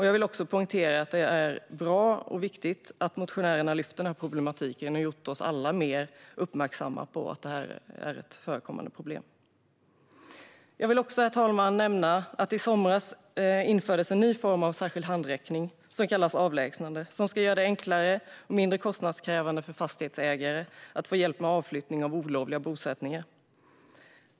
Jag vill också poängtera att det är bra och viktigt att motionärerna har lyft upp denna problematik och gjort oss alla mer uppmärksamma på att detta är ett förekommande problem. Jag vill också, herr talman, nämna att det i somras infördes en ny form av särskild handräckning som kallas avlägsnande och som ska göra det enklare och mindre kostnadskrävande för fastighetsägare att få hjälp med avflyttning av olovliga bosättningar.